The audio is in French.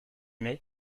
mai